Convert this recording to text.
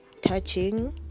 touching